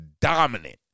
dominant